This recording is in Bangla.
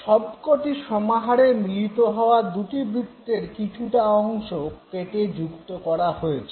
সবক'টি সমাহারে মিলিত হওয়া দু'টি বৃত্তের কিছুটা অংশ কেটে যুক্ত করা হয়েছে